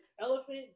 elephant